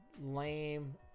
lame